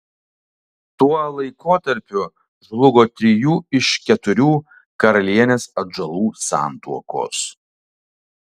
tuo laikotarpiu žlugo trijų iš keturių karalienės atžalų santuokos